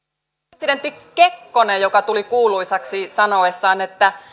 presidentti kekkonen joka tuli kuuluisaksi sanoessaan että